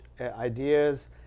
ideas